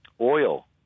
oil